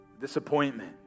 disappointment